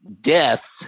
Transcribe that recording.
death